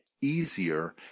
easier